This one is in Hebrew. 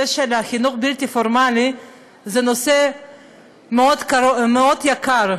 שהנושא של החינוך הבלתי-פורמלי זה נושא מאוד יקר.